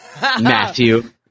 Matthew